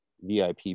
vip